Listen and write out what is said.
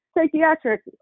psychiatric